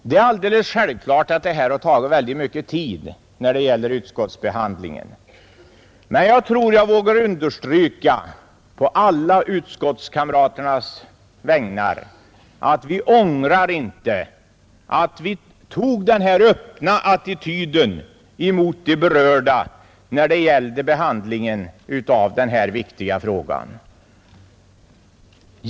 Det är självklart att utskottsbehandlingen har tagit mycket stor tid i anspråk, men jag tror att jag vågar understryka på alla utskottskamraternas vägnar att vi inte ångrar att vi intog den här öppna attityden mot de berörda när det gällde behandlingen av denna viktiga fråga.